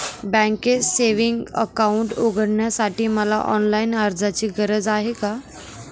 बँकेत savings account उघडण्यासाठी मला ऑनलाईन अर्जाची गरज आहे का?